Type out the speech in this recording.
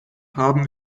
haben